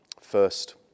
first